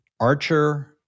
Archer